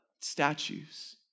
statues